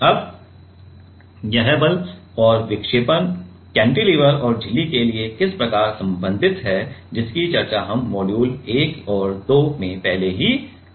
अब यह बल और विक्षेपण कैंटीलीवर या झिल्ली के लिए किस प्रकार संबंधित हैं जिसकी चर्चा हम मॉड्यूल 1 और 2 में पहले ही कर चुके हैं